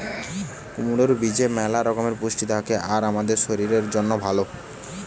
কুমড়োর বীজে ম্যালা রকমের পুষ্টি থাকে আর শরীরের জন্যে ভালো